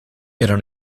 erano